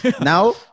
now